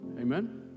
Amen